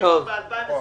ויגישו ב-2021 יקבלו.